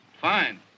Fine